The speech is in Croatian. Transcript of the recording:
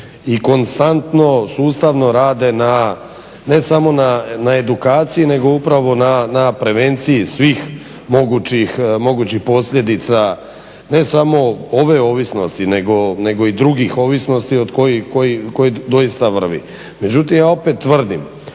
i konstantno, sustavno rade ne samo na edukaciji nego upravo na prevenciji svih mogućih posljedica ne samo ove ovisnosti nego i drugih ovisnosti od kojih doista vrvi. Međutim, ja opet tvrdim